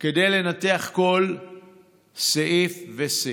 כדי לנתח כל סעיף וסעיף.